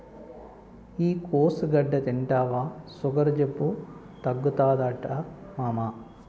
ఈ కోసుగడ్డ తింటివా సుగర్ జబ్బు తగ్గుతాదట మామా